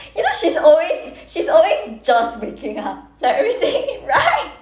you know she's always she's always just waking up like if you think right